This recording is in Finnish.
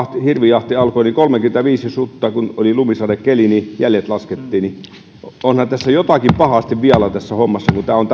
hirvijahti alkoi että oli kolmekymmentäviisi sutta kun oli lumisadekeli niin jäljet laskettiin onhan tässä hommassa jotakin pahasti vialla kun tämä on